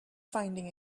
finding